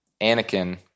Anakin